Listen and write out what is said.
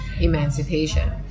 emancipation